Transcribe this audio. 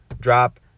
drop